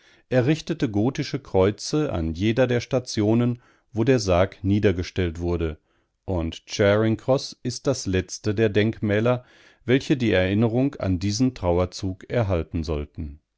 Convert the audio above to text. errichtete gotische kreuze an jeder der stationen wo der sarg niedergestellt wurde und charing cross ist das letzte der denkmäler welche die erinnerung an diesen trauerzug erhalten sollten